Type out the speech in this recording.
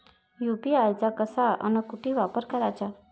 UPI चा कसा अन कुटी वापर कराचा?